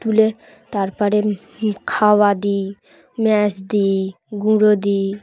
তুলে তারপরে খাওয়া দিই ম্যাঁজ দিই গুঁড়ো দিই